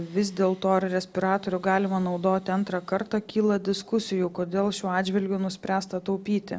vis dėl to ar respiratorių galima naudoti antrą kartą kyla diskusijų kodėl šiuo atžvilgiu nuspręsta taupyti